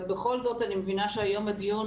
אבל בכל זאת אני מבינה שהיום הדיון